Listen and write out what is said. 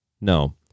No